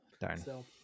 Darn